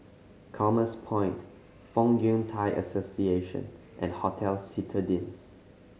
Commerce Point Fong Yun Thai Association and Hotel Citadines